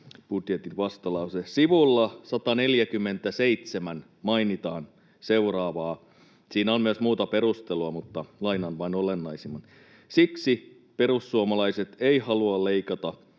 budjetin vastalause, sivulla 147 mainitaan seuraavaa — siinä on myös muuta perustelua, mutta lainaan vain olennaisimmat: ”Siksi perussuomalaiset ei halua leikata